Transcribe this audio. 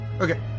Okay